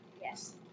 Yes